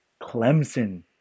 Clemson